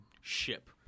ship